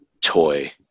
toy